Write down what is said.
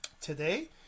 today